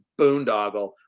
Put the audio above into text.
boondoggle